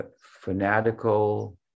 fanatical